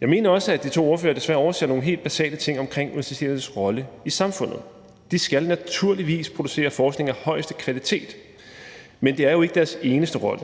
Jeg mener også, at de to ordførere desværre overser nogle helt basale ting omkring universiteternes rolle i samfundet. De skal naturligvis producere forskning af højeste kvalitet, men det er jo ikke deres eneste rolle.